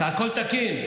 הכול תקין.